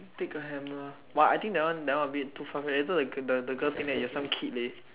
take a hammer !wah! I think that one that one a bit too far fetched la~ later the the girl think that you are some kid leh